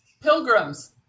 Pilgrims